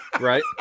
right